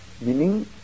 Meaning